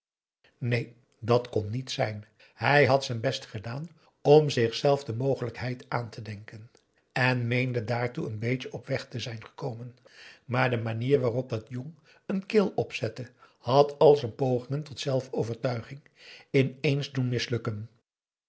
neen dat kon niet zijn hij had z'n best gedaan om zichzelf de mogelijkheid aan te denken en meende daartoe n beetje op weg te zijn gekomen maar de manier waarop dat jong een keel opzette had al z'n pogingen tot zelfovertuiging aum boe akar eel ineens doen mislukken